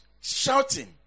shouting